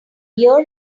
year